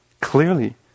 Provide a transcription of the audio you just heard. Clearly